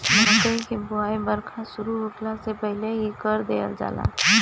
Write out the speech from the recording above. मकई कअ बोआई बरखा शुरू होखला से पहिले ही कर देहल जाला